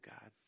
God